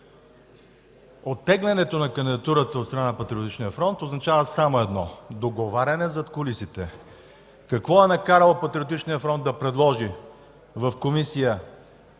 Оттеглянето на кандидатурата от страна на Патриотичния фронт означава само едно – договаряне зад кулисите. Какво е накарало Патриотичния фронт да предложи в Комисията